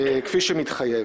כפי שמתחייב.